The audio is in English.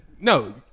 no